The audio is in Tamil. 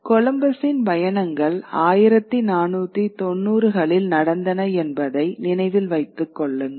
கொலம்பஸின் பயணங்கள் 1490 களில் நடந்தன என்பதை நினைவில் வைத்து கொள்ளுங்கள்